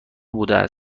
بوده